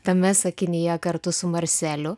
tame sakinyje kartu su marseliu